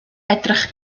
edrych